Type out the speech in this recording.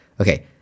okay